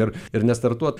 ir ir nestartuot